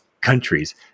countries